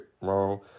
wrong